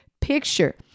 picture